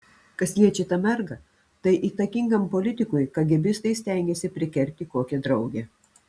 kas liečia tą mergą tai įtakingam politikui kagėbistai stengiasi prikergti kokią draugę